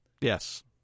yes